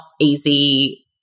easy